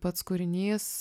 pats kūrinys